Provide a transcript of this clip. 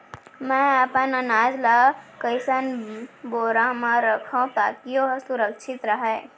मैं अपन अनाज ला कइसन बोरा म रखव ताकी ओहा सुरक्षित राहय?